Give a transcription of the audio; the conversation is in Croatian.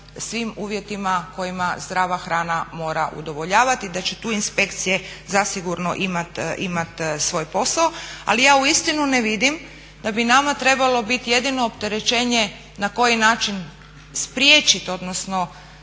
svim uvjetima kojima zdrava hrana mora udovoljavati i da će tu inspekcije zasigurno imati svoj posao. Ali ja uistinu ne vidim da bi nama trebalo biti jedino opterećenje na koji način spriječiti odnosno